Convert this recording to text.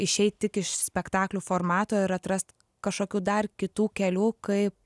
išeit tik iš spektaklių formato ir atrast kažkokių dar kitų kelių kaip